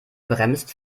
bremst